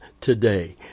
today